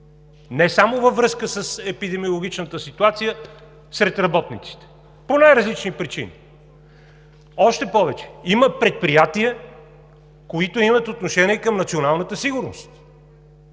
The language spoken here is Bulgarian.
не само във връзка с епидемиологичната ситуация сред работниците, по най–различни причини. Още повече има предприятия, които имат отношение към националната сигурност,